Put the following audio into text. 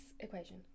equation